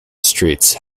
streets